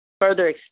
further